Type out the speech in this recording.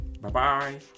Bye-bye